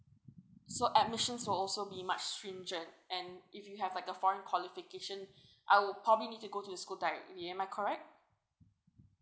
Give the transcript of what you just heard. so admissions will also be much stringent and if you have like a foreign qualification I'll probably need to go to the school directly am I corerct